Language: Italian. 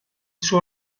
suo